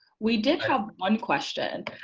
we did have one question.